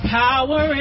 power